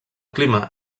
clima